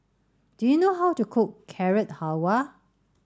do you know how to cook Carrot Halwa